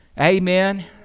Amen